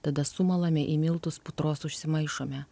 tada sumalame į miltus putros užsimaišome